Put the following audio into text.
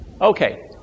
okay